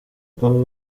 ubu